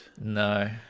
no